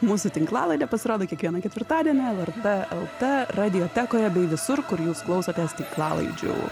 mūsų tinklalaidė pasirodo kiekvieną ketvirtadienį lrt lt radiotekoje bei visur kur jūs klausotės tinklalaidžių